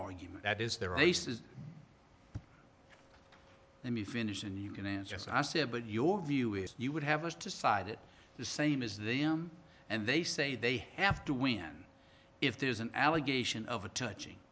argument that is their race is let me finish and you can answer as i said but your view is you would have us decide it the same as them and they say they have to win if there's an allegation of a touch